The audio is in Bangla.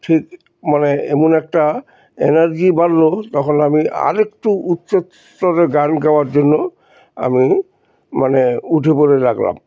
ঠিক মানে এমন একটা এনার্জি বাড়লো তখন আমি আরেকটু উচ্চ স্তরে গান গাওয়ার জন্য আমি মানে উঠে পড়ে লাগলাম